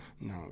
No